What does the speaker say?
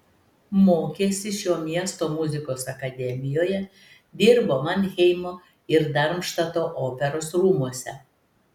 mokėsi šio miesto muzikos akademijoje dirbo manheimo ir darmštato operos rūmuose